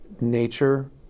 nature